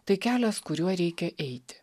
tai kelias kuriuo reikia eiti